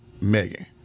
Megan